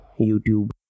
youtube